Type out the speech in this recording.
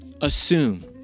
Assume